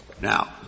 Now